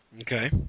Okay